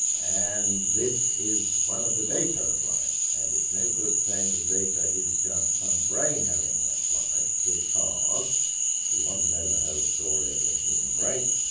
and this is one of the data of life. and it's no good saying the data is just some brain having that life, because if we want to know the whole story of the human race,